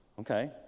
okay